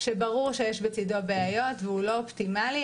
שברור שיש בצידו בעיות והוא לא אופטימלי.